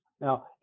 Now